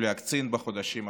ולהקצין בחודשים הקרובים.